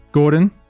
Gordon